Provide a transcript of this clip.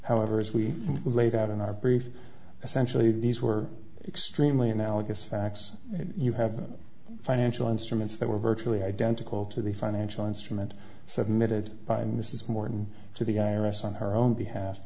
however as we laid out in our brief essentially these were extremely analogous facts you have financial instruments that were virtually identical to the financial industry and submitted by mrs morton to the i r s on her own behalf